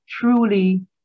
Truly